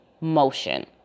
motion